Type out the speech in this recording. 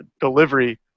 delivery